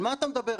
על מה אתה מדבר?